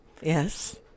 Yes